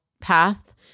path